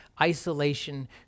isolation